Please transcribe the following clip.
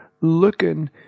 looking